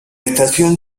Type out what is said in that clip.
estación